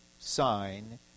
sign